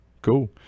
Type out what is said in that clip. Cool